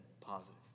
positive